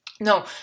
No